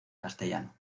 castellano